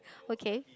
okay